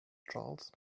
charles